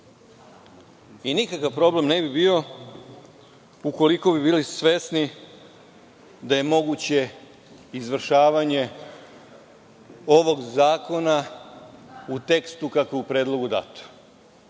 i nikakav problem ne bi bio ukoliko bi bili svesni da je moguće izvršavanje ovog zakona u tekstu kako je u predlogu dato.